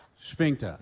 Sphinx